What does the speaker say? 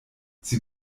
sie